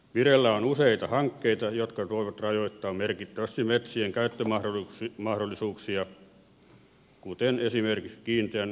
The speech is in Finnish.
vireillä on useita hankkeita jotka voivat rajoittaa merkittävästi metsien käyttömahdollisuuksia kuten esimerkiksi kiinteän bioenergian kestävyyskriteeri